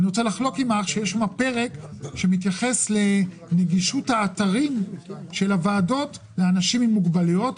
אבל יש בו פרק שמתייחס לנגישות האתרים של הוועדות לאנשים עם מוגבלויות.